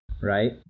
right